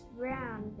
brown